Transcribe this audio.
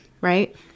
right